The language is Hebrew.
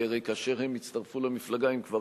כי הרי כאשר הם הצטרפו למפלגה הם כבר